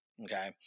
Okay